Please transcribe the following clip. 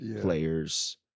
players